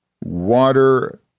water